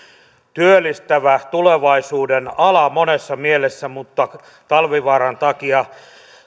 työllistävä tulevaisuuden ala monessa mielessä mutta talvivaaran takia